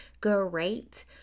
great